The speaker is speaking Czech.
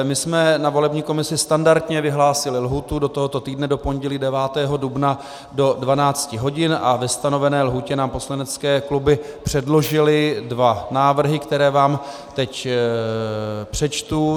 My jsme na volební komisi standardně vyhlásili lhůtu do tohoto týdne, do pondělí 9. dubna do 12 hodin, a ve stanovené lhůtě nám poslanecké kluby předložily dva návrhy, které vám teď přečtu.